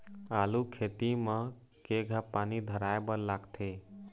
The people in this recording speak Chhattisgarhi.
आलू खेती म केघा पानी धराए बर लागथे?